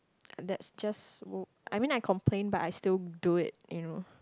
that's just wh~ I mean I complain but I still do it you know